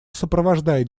сопровождает